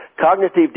cognitive